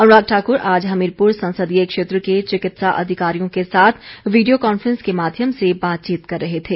अनुराग ठाकुर आज हमीरपुर संसदीय क्षेत्र के चिकित्सा अधिकारियों के साथ वीडियो कॉन्फ्रेंस के माध्यम से बातचीत कर रहे थे